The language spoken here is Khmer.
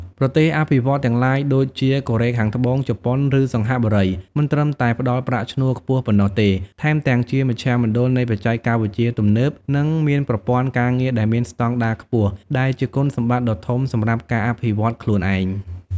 ប្រទេសអភិវឌ្ឍន៍ទាំងឡាយ ដូចជាកូរ៉េខាងត្បូង ជប៉ុន ឬសិង្ហបុរី មិនត្រឹមតែផ្ដល់ប្រាក់ឈ្នួលខ្ពស់ប៉ុណ្ណោះទេ ថែមទាំងជាមជ្ឈមណ្ឌលនៃបច្ចេកវិទ្យាទំនើប និងមានប្រព័ន្ធការងារដែលមានស្តង់ដារខ្ពស់ ដែលជាគុណសម្បត្តិដ៏ធំសម្រាប់ការអភិវឌ្ឍខ្លួនឯង។